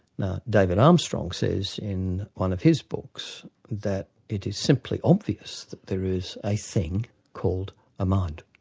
now david armstrong says in one of his books that it is simply obvious that there is a thing called a mind.